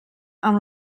amb